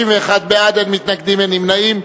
31 בעד, אין מתנגדים, אין נמנעים.